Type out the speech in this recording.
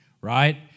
right